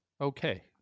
okay